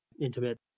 intimate